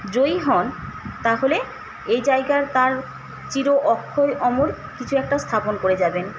জয়ী হন তা হলে এই জায়গায় তার চির অক্ষয় অমর কিছু একটা স্থাপন করে যাবেন